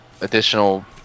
additional